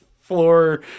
floor